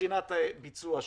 מבחינת ביצוע הסיוע.